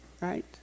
right